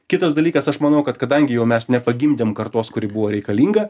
kitas dalykas aš manau kad kadangi jau mes nepagimdėm kartos kuri buvo reikalinga